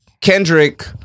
Kendrick